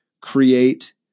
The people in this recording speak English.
create